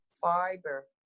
fiber